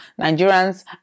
Nigerians